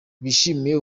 bishimiye